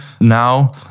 now